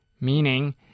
meaning